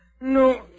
no